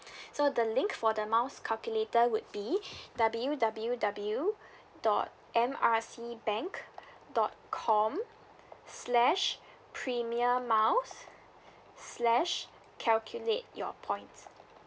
so the link for the miles calculator would be W W W dot M R C bank dot com slash premier miles slash calculate your points